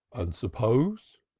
and suppose?